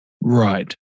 Right